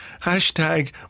Hashtag